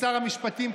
שר המשפטים,